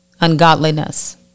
ungodliness